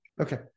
Okay